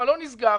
המעון נסגר.